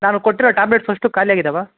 ನಾನು ಕೊಟ್ಟಿರೋ ಟ್ಯಾಬ್ಲೆಟ್ಸ್ ಅಷ್ಟೂ ಖಾಲಿ ಆಗಿದಾವಾ